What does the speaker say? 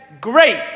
great